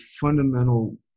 fundamental